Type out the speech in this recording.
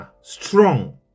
strong